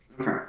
Okay